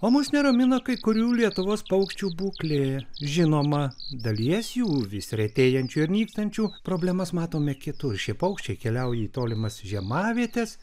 o mus neramina kai kurių lietuvos paukščių būklė žinoma dalies jų vis retėjančių ir nykstančių problemas matome kitur šie paukščiai keliauja į tolimas žiemavietes